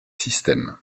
system